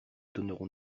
donneront